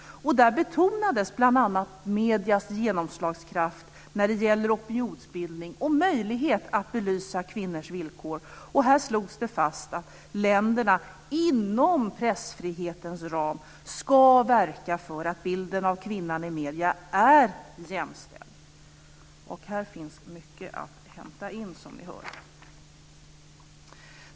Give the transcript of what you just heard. Där betonades bl.a. mediers genomslagskraft när det gäller opinionsbildning och möjlighet att belysa kvinnors villkor. Här slogs det fast att länderna inom pressfrihetens ram ska verka för att bilden av kvinnan i medier är jämställd. Här finns mycket att hämta in, som ni hör.